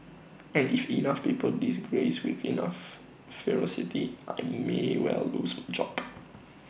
and if enough people disagrees with enough ferocity I may well lose my job